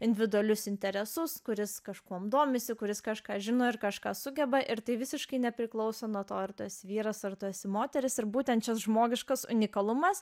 individualius interesus kuris kažkuom domisi kuris kažką žino ir kažką sugeba ir tai visiškai nepriklauso nuo to ar tu esi vyras ar tu esi moteris ir būtent šis žmogiškas unikalumas